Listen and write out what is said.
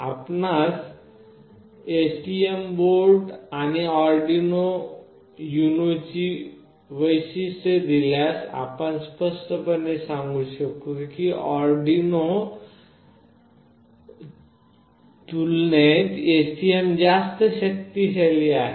आपणास STM board आणि Arduino युनोची वैशिष्ट्ये दिसल्यास आपण स्पष्टपणे सांगू शकता की आरडिनो तुलनेत STM जास्त शक्तीशाली आहे